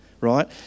right